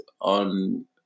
on